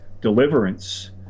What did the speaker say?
deliverance